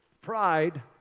Pride